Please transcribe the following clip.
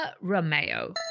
Romeo